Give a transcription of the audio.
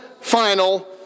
final